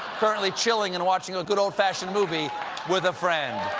currently chilling and watching a good old-fashioned movie with a friend.